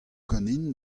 ganin